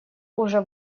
уже